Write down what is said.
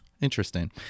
Interesting